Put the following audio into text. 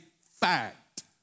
fact